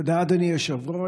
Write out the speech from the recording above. תודה, אדוני היושב-ראש.